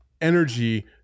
energy